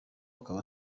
akaba